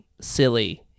silly